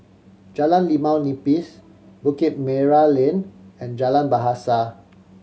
Jalan Limau Nipis Bukit Merah Lane and Jalan Bahasa